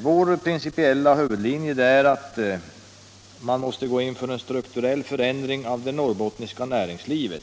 Vår principiella huvudlinje är att man måste gå in för en strukturell förändring av det norrbottniska näringslivet.